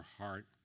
heart